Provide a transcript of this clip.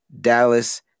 Dallas